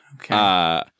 Okay